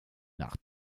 nach